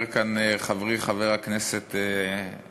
בקשר למה שדיבר כאן חברי חבר הכנסת אשר.